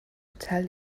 tell